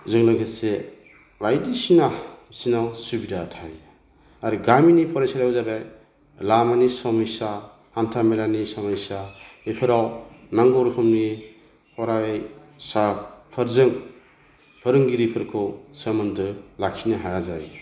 जों लोगोसे बायदिसिना बिसिनाव सुबिदा थायो आरो गामिनि फरायसालियाव जाबाय लामानि समयसा हान्था मेलानि समयसा बेफोराव नांगौ रोखोमनि फरायसा फोरजों फोरोंगिरिफोरखौ सोमोन्दो लाखिनो हाया जायो